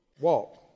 walk